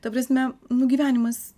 ta prasme nu gyvenimas